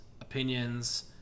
opinions